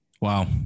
Wow